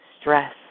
stress